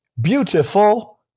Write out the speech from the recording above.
beautiful